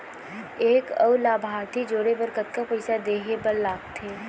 एक अऊ लाभार्थी जोड़े बर कतका पइसा देहे बर लागथे?